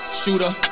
shooter